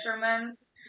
measurements